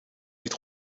niet